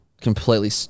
completely